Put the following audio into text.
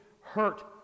hurt